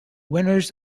winners